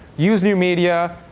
use new media.